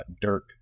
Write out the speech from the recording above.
Dirk